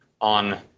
on